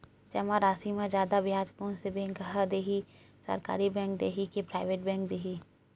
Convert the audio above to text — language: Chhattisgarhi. जमा राशि म जादा ब्याज कोन से बैंक ह दे ही, सरकारी बैंक दे हि कि प्राइवेट बैंक देहि?